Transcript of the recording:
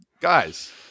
Guys